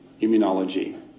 immunology